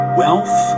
wealth